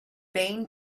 been